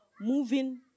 moving